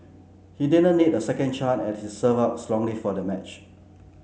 he didn't need a second chance as he served out strongly for the match